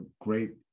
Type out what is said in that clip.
great